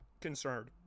concerned